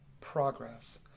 progress